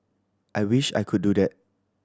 I wish I could do that